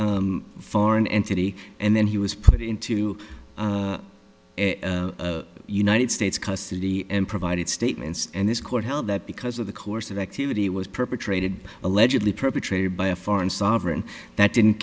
that foreign entity and then he was put into a united states custody and provided statements and this court held that because of the course of activity was perpetrated allegedly perpetrated by a foreign sovereign that didn't